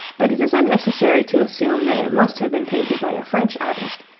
but it is unnecessary to assume that it must have been painted by a french artist,